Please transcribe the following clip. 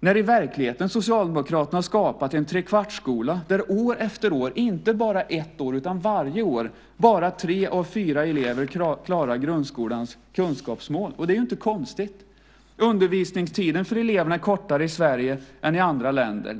när i verkligheten Socialdemokraterna har skapat en trekvartsskola där år efter år, inte bara ett år utan varje år, bara tre av fyra elever klarar grundskolans kunskapsmål. Det är inte konstigt. Undervisningstiden för eleverna är kortare i Sverige än i andra länder.